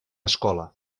escola